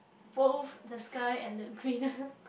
both the sky and the greener